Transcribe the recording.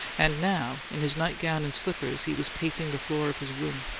and now, in his nightgown and slippers, he was pacing the floor of his room.